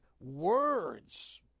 words